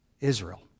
Israel